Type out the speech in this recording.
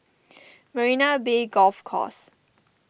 Marina Bay Golf Course